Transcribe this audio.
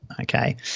okay